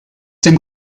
dem